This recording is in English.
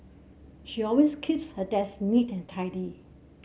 she always keeps her desk neat and tidy